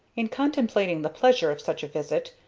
in contemplating the pleasure of such a visit,